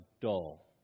dull